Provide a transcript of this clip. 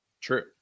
True